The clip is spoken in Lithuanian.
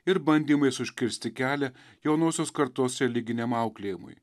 ir bandymais užkirsti kelią jaunosios kartos religiniam auklėjimui